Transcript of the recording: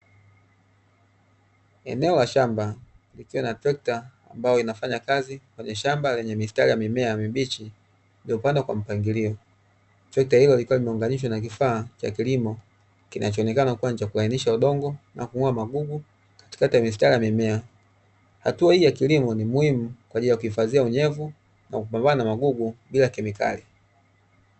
Eneo la shamba, likiwa na trekta ambalo linafanya kazi kwenye shamba lenye mistari ya mimea mibichi iliyopandwa kwa mpangilio. Trekta hilo likiwa limeunganishwa na kifaa cha kilimo kinachoonekana kuwa ni cha kulainisha udongo na kung'oa magugu katikati ya mistari ya mimea. Hatua hii ya kilimo ni muhimu kwa ajili ya kuhifadhia unyevu na kupambana na magugu bila kemikali.